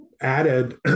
added